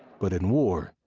but in war,